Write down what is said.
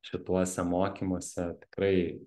šituose mokymuose tikrai